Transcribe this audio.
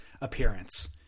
appearance